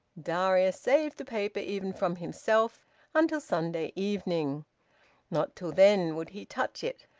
darius saved the paper even from himself until sunday evening not till then would he touch it.